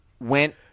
went